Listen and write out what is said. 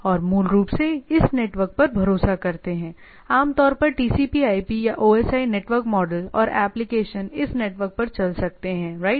और मूल रूप से इस नेटवर्क पर भरोसा करते हैं आमतौर पर TCPIP या OSI नेटवर्क मॉडल और एप्लिकेशन इस नेटवर्क पर चल सकते हैं राइट